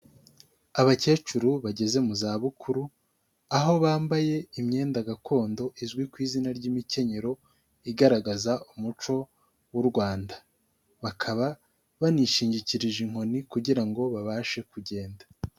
Abakecuru bageze mu zabukuru, aho bambaye imyenda gakondo izwi ku izina ry'imikenyero, igaragaza umuco w'u Rwanda, bakaba banishingikirije inkoni kugira ngo babashe kugenda.